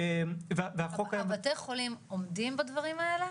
והחוק היה --- בתי החולים עומדים בדברים האלה?